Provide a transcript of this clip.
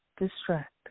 Distract